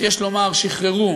ויש לומר ששחררו